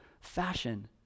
fashion